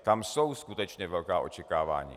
Tam jsou skutečně velká očekávání.